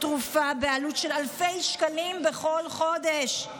תרופה בעלות של אלפי שקלים בכל חודש.